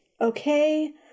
okay